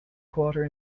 quarter